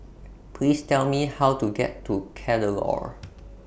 Please Tell Me How to get to Kadaloor